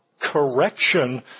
correction